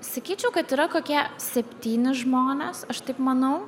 sakyčiau kad yra kokie septyni žmonės aš taip manau